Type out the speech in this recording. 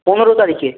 পনেরো তারিখে